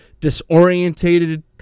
disorientated